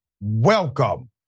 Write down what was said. welcome